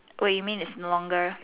oh you mean it's no longer